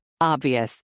Obvious